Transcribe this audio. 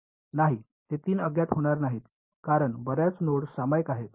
नाही ते 3 अज्ञात होणार नाहीत कारण बर्याच नोड्स सामायिक आहेत